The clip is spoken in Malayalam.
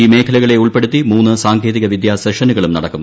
ഈ മേഖലകളെ ഉൾപ്പെടുത്തി മൂന്ന് സാങ്കേതിക വിദ്യാ സെഷനുകളും നടക്കും